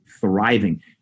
Thriving